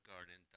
Garden